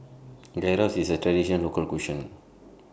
Gyros IS A Traditional Local Cuisine